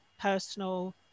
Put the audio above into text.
personal